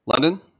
London